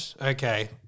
Okay